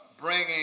bringing